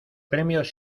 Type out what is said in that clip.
premios